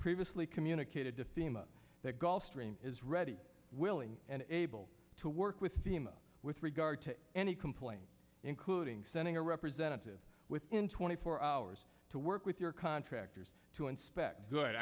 previously communicated to thema that gulfstream is ready willing and able to work with sienna with regard to any complaint including sending a representative within twenty four hours to work with your contractors to inspect good